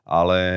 ale